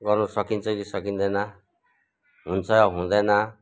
गर्नु सकिन्छ कि सकिँदैन हुन्छ हुँदैन